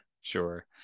sure